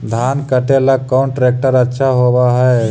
धान कटे ला कौन ट्रैक्टर अच्छा होबा है?